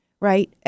Right